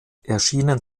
erscheinen